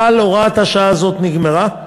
אבל הוראת השעה הזאת נגמרה,